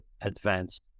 advanced